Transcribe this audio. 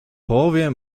połowie